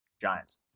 Giants